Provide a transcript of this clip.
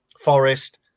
Forest